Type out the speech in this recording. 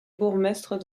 bourgmestre